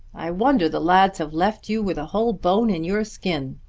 i wonder the lads have left you with a whole bone in your skin.